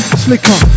slicker